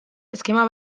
eskema